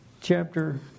Chapter